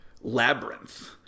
Labyrinth